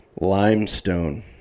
limestone